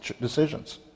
decisions